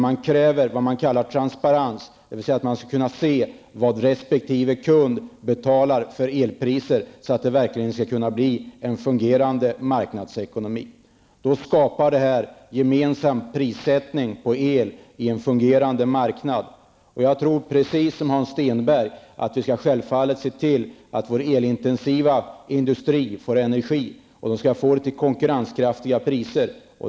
Man kräver vad man kallar transparens, dvs. att man skall kunna se vilka elpriser resp. kund betalar, så att det verkligen kan bli en fungerande marknadsekonomi. Det här skapar en gemensam prissättning på el i en fungerande marknad. Jag tror precis som Hans Stenberg att vi självfallet måste se till att vår elintensiva industri får energi till konkurrenskraftiga priser.